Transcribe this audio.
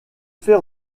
fait